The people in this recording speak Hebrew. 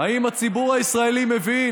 האם הציבור הישראלי מבין